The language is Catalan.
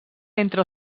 entre